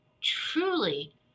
truly